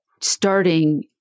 starting